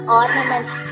ornaments